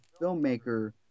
filmmaker